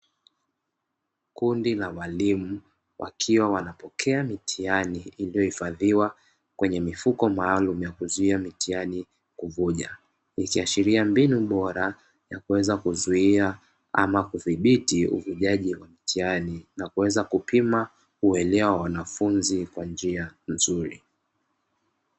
Kundi la walimu wakiwa wanapokea mitihani iliyohifadhiwa kwenye mifuko maalumu ya kuzuia mitihani kuvuja, ikiashiria mbinu bora ya kuweza kuzuia ama kudhibiti uvujaji wa mitihani na kuweza kupima uelewa wa wanafunzi kwa njia nzuri.